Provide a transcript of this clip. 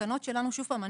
התקנות שלנו, שוב פעם,